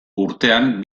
urtean